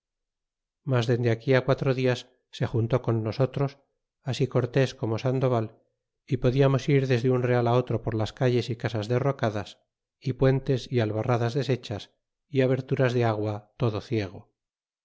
mas dende á quatro dias se juntó con nosotros así cortés como sag doval é podiamos ir desde un real á otro por las calles y casas derrocadas y puentes y albarradas deshechas y aberturas de agua todo ciego